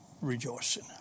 rejoicing